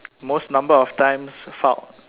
most number of times fucked